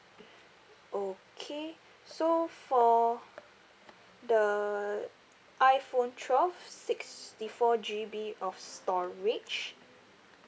okay so for the iphone twelve sixty four G_B of storage